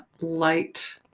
light